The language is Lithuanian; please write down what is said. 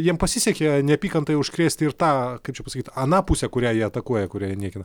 jiem pasisekė neapykanta užkrėsti ir tą kaip čia pasakyti aną pusę kurią jie atakuoja kurią jie niekina